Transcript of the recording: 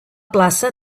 plaça